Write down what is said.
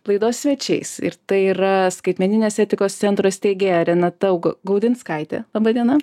laidos svečiais ir tai yra skaitmeninės etikos centro steigėja renata gau gaudinskaite laba diena